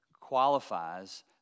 qualifies